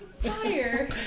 Fire